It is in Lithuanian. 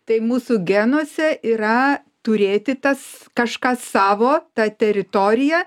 tai mūsų genuose yra turėti tas kažką savo tą teritoriją